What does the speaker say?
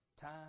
time